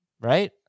Right